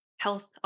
health